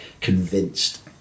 convinced